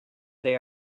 they